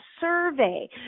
survey